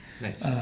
Nice